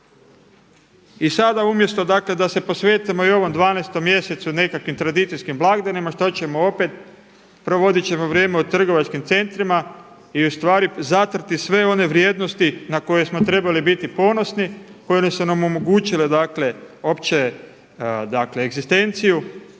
I sada umjesto dakle da se posvetimo i ovom 12 mjesecu, nekakvim tradicijskim blagdanima, šta ćemo opet? Provoditi ćemo vrijeme u trgovačkim centrima i ustvari zatrti sve one vrijednosti na koje smo trebali biti ponosni koje su nam omogućile dakle opće dakle egzistenciju,